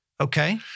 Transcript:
Okay